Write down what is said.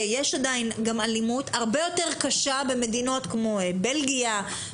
ויש עדיין אלימות הרבה יותר קשה במדינות כמו: בלגיה,